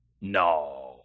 No